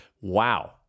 Wow